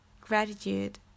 gratitude